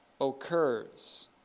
occurs